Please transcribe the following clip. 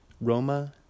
Roma